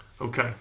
Okay